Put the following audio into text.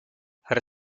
her